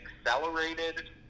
accelerated